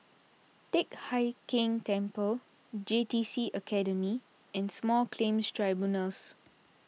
Teck Hai Keng Temple J T C Academy and Small Claims Tribunals